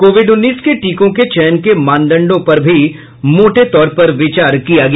Covid उन्नीस के टीकों के चयन के मानदंडों पर भी मोटे तौर पर विचार किया गया